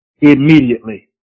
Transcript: Immediately